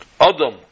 Adam